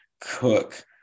cook